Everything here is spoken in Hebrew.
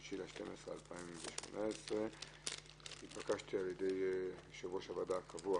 5 בדצמבר 2018. נתבקשתי על ידי יושב-ראש הוועדה הקבוע